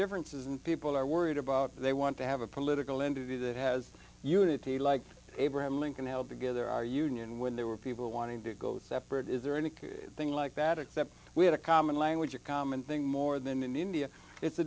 differences and people are worried about they want to have a political entity that has unit he like abraham lincoln held together our union when there were people wanting to go separate is there any thing like that except we had a common language a common thing more than in india it's a